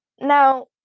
Now